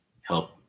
help